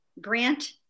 Grant